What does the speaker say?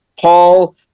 Paul